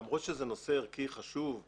למרות שזה נושא ערכי חשוב,